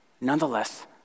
Nonetheless